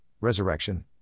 resurrection